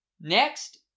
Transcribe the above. Next